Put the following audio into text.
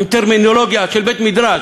עם טרמינולוגיה של בית-מדרש,